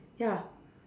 ya